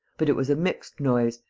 but it was a mixed noise,